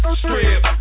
strip